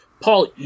Paul